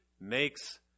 makes